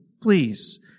Please